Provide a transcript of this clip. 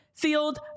Sealed